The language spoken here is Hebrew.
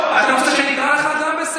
אתה רוצה שאני אקרא גם אותך לסדר?